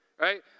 right